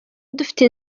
dufite